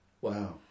wow